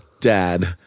Dad